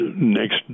next